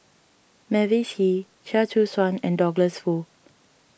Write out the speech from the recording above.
Mavis Hee Chia Choo Suan and Douglas Foo